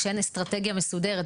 כשאין אסטרטגיה מסודרת,